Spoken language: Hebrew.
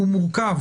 מורכב.